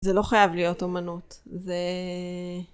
זה לא חייב להיות אמנות. זה...